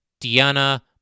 Diana